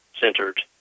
centered